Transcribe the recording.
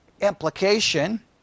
implication